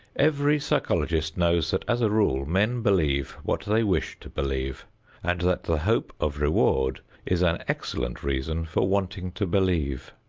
every psychologist knows that, as a rule, men believe what they wish to believe and that the hope of reward is an excellent reason for wanting to believe.